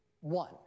one